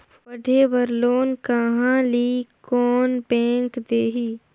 पढ़े बर लोन कहा ली? कोन बैंक देही?